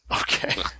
Okay